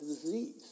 disease